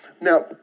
now